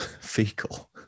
fecal